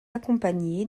accompagné